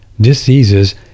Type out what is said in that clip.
diseases